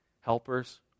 helpers